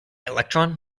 electron